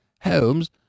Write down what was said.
Holmes